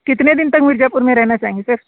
कितने दिन तक मिर्ज़ापुर में रहना चाहेंगे सर